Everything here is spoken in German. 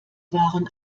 waren